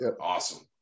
Awesome